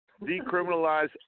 Decriminalize